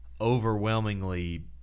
overwhelmingly